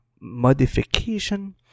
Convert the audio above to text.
modification